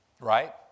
right